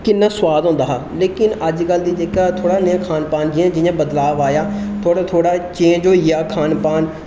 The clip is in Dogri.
किन्ना सुआद होंदा हा लेकिन अजकल दी जेह्का थोह्ड़ा नेहा खान पीन जियां जियां बदलाब आया थोह्ड़ा चेंज होई गेआ खान पान